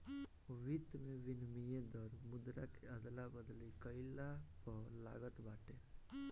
वित्त में विनिमय दर मुद्रा के अदला बदली कईला पअ लागत बाटे